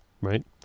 right